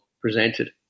presented